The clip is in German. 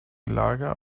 lager